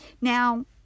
Now